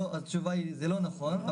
התשובה היא שזה לא נכון.